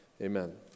Amen